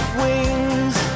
wings